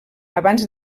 abans